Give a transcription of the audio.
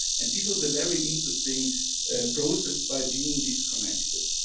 and this was a very interesting process by being disconnected.